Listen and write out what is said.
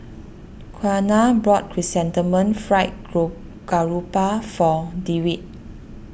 Quiana bought Chrysanthemum Fried Garoupa for Dewitt